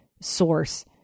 source